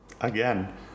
again